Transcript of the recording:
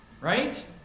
Right